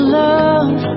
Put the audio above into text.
love